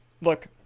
look